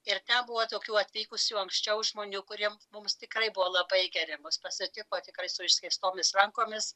ir ten buvo tokių atvykusių anksčiau žmonių kurie mums tikrai buvo labai geri mus pasitiko tikrai su išskėstomis rankomis